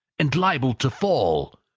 and liable to fall.